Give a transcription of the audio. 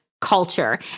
culture